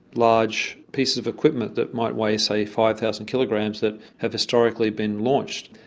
large pieces of equipment that might weigh, say, five thousand kilograms that have historically been launched.